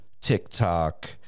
TikTok